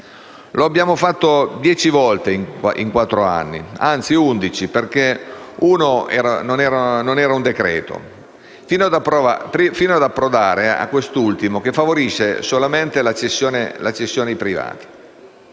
Lo abbiamo fatto dieci volte in quattro anni (anzi undici, perché uno non era un decreto) fino ad approdare a quest'ultimo, che favorisce solamente la cessione ai privati.